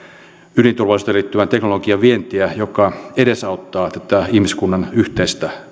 ydinturvallisuuteen liittyvän teknologian vientiä joka edesauttaa tätä ihmiskunnan yhteistä